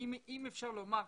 אדוני היושב ראש,